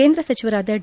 ಕೇಂದ್ರ ಸಚಿವರಾದ ಡಿ